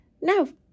no